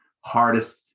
hardest